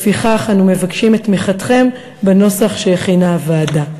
לפיכך אנו מבקשים את תמיכתם בנוסח שהכינה הוועדה.